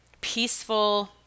peaceful